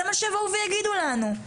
זה מה שיבואו ויגידו לנו.